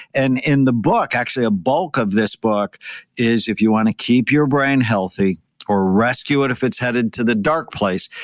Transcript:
and in the book, actually, a bulk of this book is if you want to keep your brain healthy or rescue it if it's headed to the dark place,